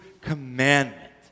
commandment